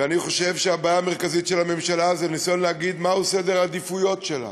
ואני חושב שהבעיה המרכזית של הממשלה היא להגיד מהו סדר העדיפויות שלה: